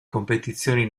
competizioni